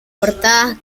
portadas